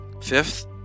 Fifth